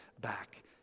back